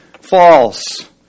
false